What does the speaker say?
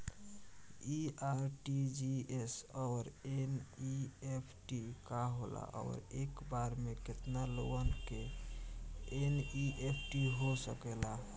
इ आर.टी.जी.एस और एन.ई.एफ.टी का होला और एक बार में केतना लोगन के एन.ई.एफ.टी हो सकेला?